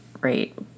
right